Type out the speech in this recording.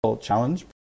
challenge